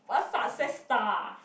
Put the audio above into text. what's up sister